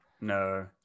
no